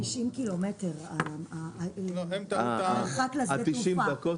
ה- 90 קילומטר המרחק לשדה תעופה,